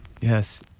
Yes